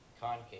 concave